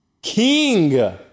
King